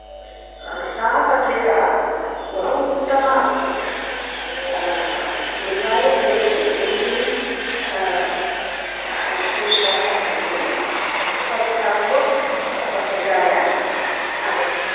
सा पत्रिका बहु उत्तमा अस्ति गुरुवायूर्देशे किं किं विशेषाः सन्ति तत्सर्वं तत् पत्रिकायाम् आगच्छति